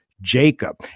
Jacob